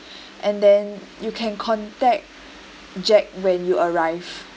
and then you can contact jack when you arrive